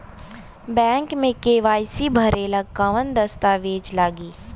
Bank मे KYC भरेला कवन दस्ता वेज लागी?